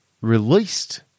released